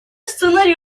сценарий